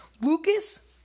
Lucas